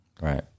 Right